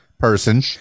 person